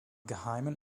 geheimen